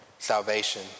Salvation